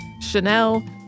Chanel